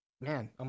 man